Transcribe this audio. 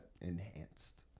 enhanced